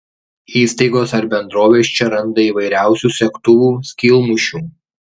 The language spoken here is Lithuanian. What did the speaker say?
įstaigos ar bendrovės čia randa įvairiausių segtuvų skylmušių